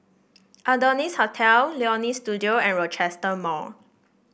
Adonis Hotel Leonie Studio and Rochester Mall